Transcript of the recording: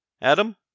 Adam